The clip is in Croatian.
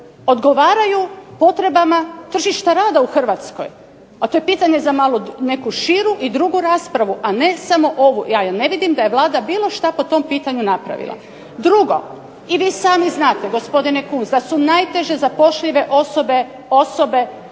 odgovaraju potrebama tržišta rada u Hrvatskoj? A to je pitanje za malo širu i drugu raspravu, a ne samo ovu. Ja ne vidim da je Vlada bilo što po tom pitanju napravila. Drugo, i vi sami znate gospodine Kunst da su najteže zapošljive osobe što